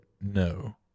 no